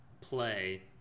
play